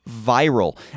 viral